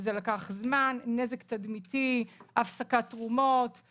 זה לקח זמן, נזק תדמיתי, הפסקת תרומות.